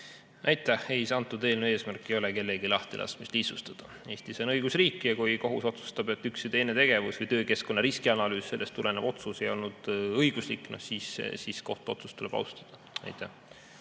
Aitäh! Ei, antud eelnõu eesmärk ei ole kellegi lahtilaskmist lihtsustada. Eestis on õigusriik. Kui kohus otsustab, et üks või teine tegevus või töökeskkonna riskianalüüs ja sellest tulenev otsus ei olnud õiguslik, siis tuleb kohtuotsust austada. Aitäh!